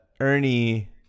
Ernie